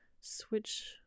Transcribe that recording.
switch